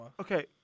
Okay